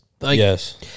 Yes